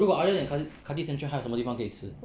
如果 other than khatib khatib central 还有什么地方可以吃